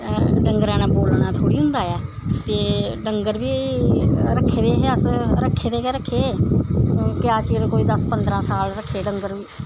डंगरा ने बोलना थोह्ड़ी होंदा ऐ ते डंगर बी रक्खे दे हे अस रक्खे दे गै रक्खे क्या चिर कोई दस पंदरां साल रक्खे दे डंगर